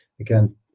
again